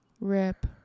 Rip